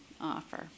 offer